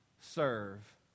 serve